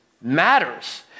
matters